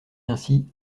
ainsi